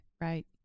Right